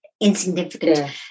insignificant